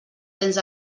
tens